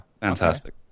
fantastic